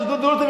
של דודו רותם,